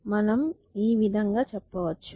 మనం ఈ విధంగా చెప్పవచ్చు